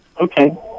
Okay